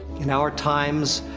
in our times.